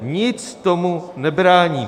Nic tomu nebrání.